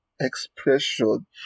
expression